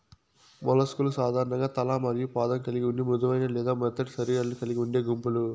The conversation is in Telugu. మొలస్క్ లు సాధారణంగా తల మరియు పాదం కలిగి ఉండి మృదువైన లేదా మెత్తటి శరీరాలను కలిగి ఉండే గుంపులు